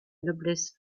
noblesse